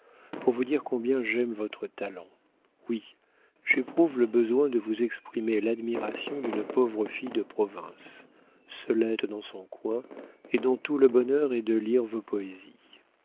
pour vous dire combien j'aime votre talent oui j'éprouve le besoin de vous exprimer l'admiration d'une pauvre fille de province seulette dans son coin et dont tout le bonheur est de lire vos poésies